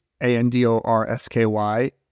A-N-D-O-R-S-K-Y